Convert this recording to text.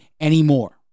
anymore